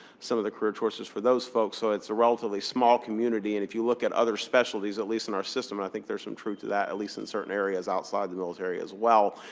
some of the career choices for those folks. so it's a relatively small community. and if you look at other specialties, at least in our system and i think there's some truth to that, at least in certain areas, outside the military as well.